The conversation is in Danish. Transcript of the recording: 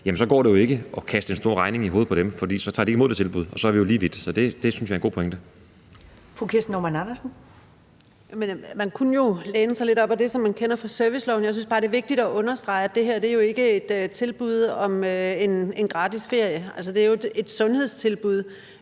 går det jo ikke at kaste en stor regning i hovedet på dem, for så tager de ikke imod det tilbud, og så er vi jo lige vidt. Det synes jeg er en god pointe. Kl. 11:25 Første næstformand (Karen Ellemann): Fru Kirsten Normann Andersen. Kl. 11:25 Kirsten Normann Andersen (SF): Man kunne jo læne sig lidt op ad det, som man kender fra serviceloven. Jeg synes bare, det er vigtigt at understrege, at det her jo ikke er et tilbud om en gratis ferie, men et sundhedstilbud,